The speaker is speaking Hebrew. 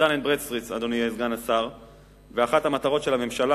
"דן אנד ברדסטריט" ואחת המטרות של הממשלה,